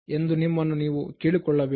ಎಂದು ನಿಮ್ಮನ್ನು ನೀವು ಕೇಳಿಕೊಳ್ಳಬೇಕು